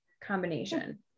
combination